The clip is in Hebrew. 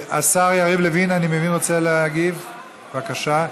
השר יריב לוין, אני מבין, רוצה להגיב, בבקשה.